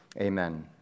Amen